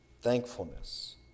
thankfulness